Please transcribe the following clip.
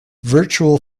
virtual